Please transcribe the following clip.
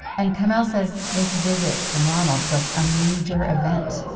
and kamel says this visit from ronald was a major event.